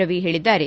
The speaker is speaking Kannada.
ರವಿ ಹೇಳಿದ್ದಾರೆ